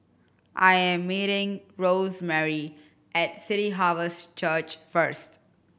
I am meeting Rosemarie at City Harvest Church first